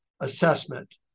Assessment